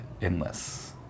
endless